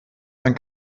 dann